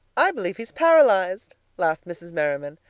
i believe he's paralyzed, laughed mrs. merriman.